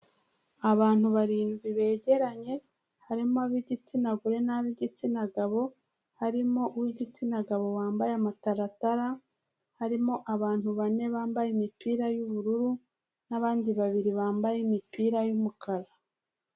Abantu barindwi begeranye harimo ab'igitsina gore n'ab'igitsina gabo harimo uw'igitsina gabo wambaye amataratara, harimo abantu bane bambaye imipira y'ubururu n'abandi babiri bambaye imipira y'umukara.